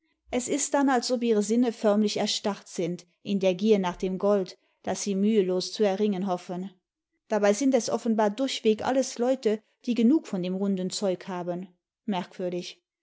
es ist dann als ob ihre sinne förmlich erstarrt sind in der gier nach dem gold das sie mühelos zu erringen hoffen dabei sind es offenbar durchweg alles leute die genug von dem runden zeug haben merkwürdig